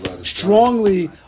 Strongly